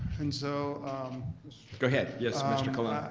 and so go ahead, yes, mr. colon.